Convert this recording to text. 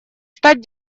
стать